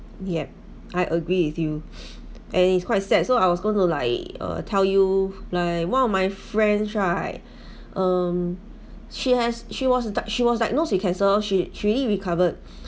yup I agree with you and it's quite sad so I was going to like uh tell you like one of my friends right um she has she was she was diagnosed with cancer she she already recovered